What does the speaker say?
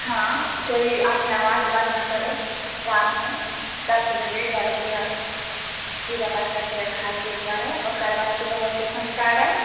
हँ कोइ आदमी आवाज उवाज नऽ करै रातमे दस बजे एगारह बजे रातिमे पूजा पाठ करिके खाइके एकबार हइ ओकरबाद सुबह होके सँझुका अरघ